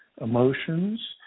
emotions